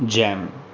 jam